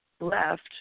left